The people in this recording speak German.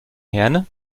herne